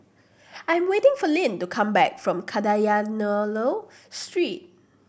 I am waiting for Lynn to come back from Kadayanallur Street